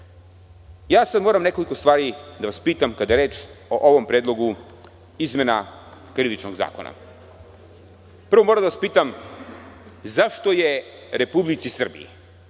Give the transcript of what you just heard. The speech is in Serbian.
zakonu. Moram nekoliko stvari da vas pitam, kada je reč o ovom predlogu izmena Krivičnog zakona. Prvo, moram da vas pitam zašto je Republici Srbiji,